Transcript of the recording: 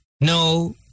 No